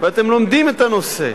ואתם לומדים את הנושא.